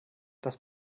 das